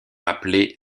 appelée